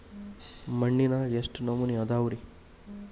ಮಣ್ಣಿನಾಗ ಎಷ್ಟು ನಮೂನೆ ಅದಾವ ರಿ?